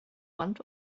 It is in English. want